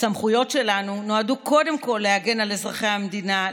הסמכויות שלנו נועדו קודם כול להגן על אזרחי המדינה,